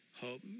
hope